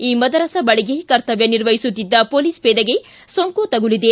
ಈ ಮದರಸಾ ಬಳಿಯೇ ಕರ್ತವ್ಯ ನಿರ್ವಹಿಸುತ್ತಿದ್ದ ಪೊಲೀಸ್ ಪೇದೆಗೆ ಸೋಂಕು ತಗುಲಿದೆ